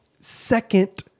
second